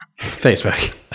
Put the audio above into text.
Facebook